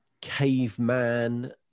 caveman